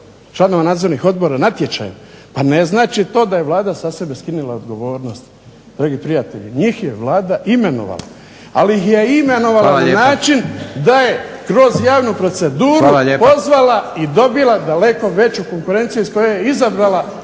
članova nadzornih odbora natječaj pa ne znači to da je Vlada sa sebe skinula odgovornost. Dragi prijatelj, njih je Vlada imenovala. Ali imenovala na način da je kroz javnu proceduru pozvala i dobila daleko veću konkurenciju iz koje je izabrala